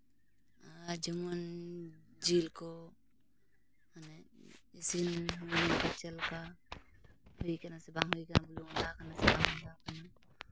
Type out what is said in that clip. ᱟᱨ ᱡᱮᱢᱚᱱ ᱡᱤᱞ ᱠᱚ ᱢᱟᱱᱮ ᱤᱥᱤᱱ ᱦᱩᱭᱩᱜᱼᱟ ᱪᱮᱫ ᱞᱮᱠᱟ ᱦᱩᱭ ᱟᱠᱟᱱᱟ ᱥᱮ ᱵᱟᱝ ᱦᱩᱭ ᱟᱠᱟᱱᱟ ᱵᱩᱞᱩᱝ ᱟᱫᱟᱣ ᱠᱟᱱᱟ ᱥᱮ ᱵᱟᱝ ᱟᱫᱟᱣ ᱠᱟᱱᱟ